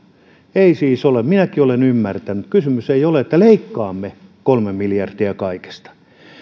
minäkin olen ymmärtänyt että kysymys ei ole siitä että leikkaamme kolme miljardia kaikesta